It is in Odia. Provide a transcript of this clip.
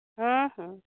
ହଁ ହଁ